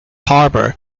harbour